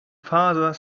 father